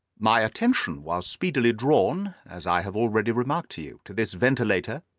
my attention was speedily drawn, as i have already remarked to you, to this ventilator,